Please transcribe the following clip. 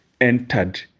entered